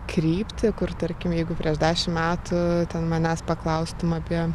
kryptį kur tarkim jeigu prieš dešim metų ten manęs paklaustum apie